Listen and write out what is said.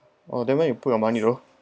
oh then where you put your money though